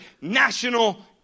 national